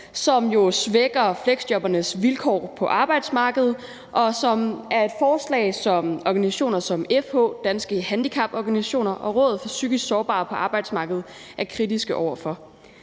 som jo svækker fleksjobbernes vilkår på arbejdsmarkedet, og som er et forslag, som organisationer som FH, Danske Handicaporganisationer og Rådet for Psykisk Sårbare på Arbejdsmarkedet er kritiske over for.